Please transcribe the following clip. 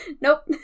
Nope